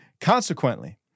Consequently